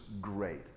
great